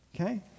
Okay